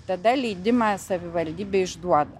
tada leidimą savivaldybė išduoda